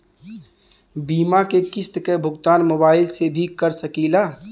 बीमा के किस्त क भुगतान मोबाइल से भी कर सकी ला?